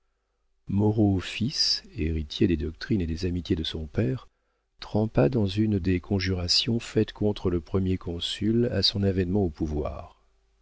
moreau fils héritier des doctrines et des amitiés de son père trempa dans une des conjurations faites contre le premier consul à son avénement au pouvoir